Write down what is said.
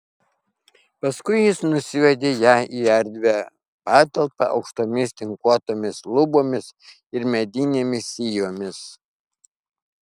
paskui jis nusivedė ją į erdvią patalpą aukštomis tinkuotomis lubomis ir medinėmis sijomis